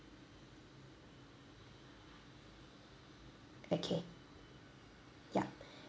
okay ya